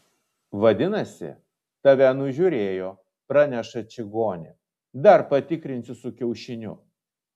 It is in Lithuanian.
vadinasi tave nužiūrėjo praneša čigonė dar patikrinsiu su kiaušiniu